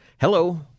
Hello